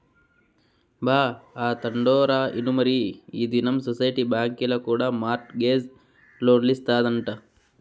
బా, ఆ తండోరా ఇనుమరీ ఈ దినం సొసైటీ బాంకీల కూడా మార్ట్ గేజ్ లోన్లిస్తాదంట